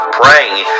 praying